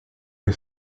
est